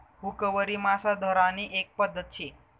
हुकवरी मासा धरानी एक पध्दत शे